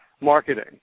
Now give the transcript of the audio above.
marketing